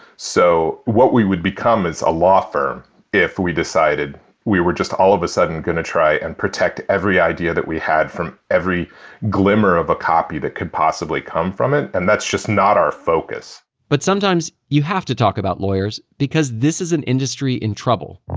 so, what we would become is a law firm if we decided we were just all of a sudden going to try and protect every idea that we had from every glimmer of a copy that could possibly come from it. and that's just not our focus but sometimes you have to talk about lawyers. because this is an industry in trouble